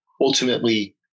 ultimately